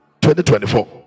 2024